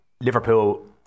Liverpool